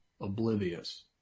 oblivious